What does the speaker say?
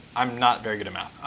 i'm not very good at math.